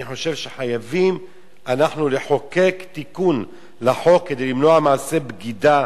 אני חושב שאנחנו חייבים לחוקק תיקון לחוק כדי למנוע מעשי בגידה,